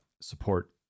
support